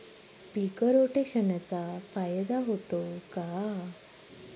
पीक रोटेशनचा फायदा होतो का?